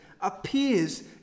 appears